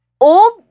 old